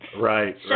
Right